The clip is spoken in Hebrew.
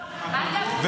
לא אמרו לה להתחיל לפעול.